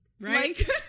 right